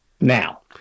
now